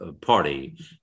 party